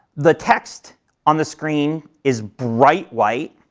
the text on the screen is bright white,